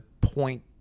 point